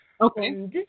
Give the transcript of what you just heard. Okay